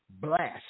Blast